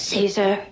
Caesar